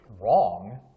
wrong